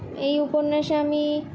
এই উপন্যাসে আমি